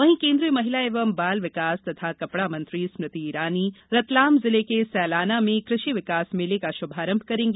वहीं केन्द्रीय महिला एवं बाल विकास एवं कपड़ा मंत्री स्मृति इरानी रतलाम जिले के सैलाना में कृषि विकास मेले का श्भारंभ करेंगी